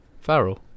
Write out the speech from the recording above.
Farrell